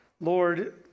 Lord